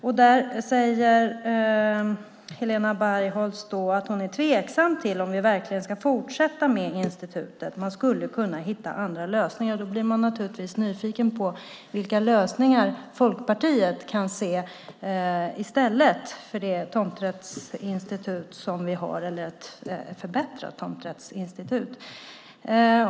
Då sade Helena Bargholtz att hon är tveksam till om vi verkligen ska fortsätta med institutet. Man skulle kunna hitta andra lösningar. Då blir jag naturligtvis nyfiken på vilka lösningar som Folkpartiet kan se i stället för det tomträttsinstitut som vi har eller ett förbättrat tomträttsinstitut.